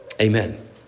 Amen